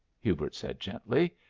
hubert said gently.